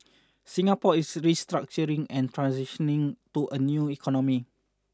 Singapore is restructuring and transitioning to a new economy